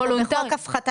איפה, בחוק הפחתת